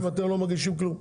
בינתיים אתם לא מגישים כלום.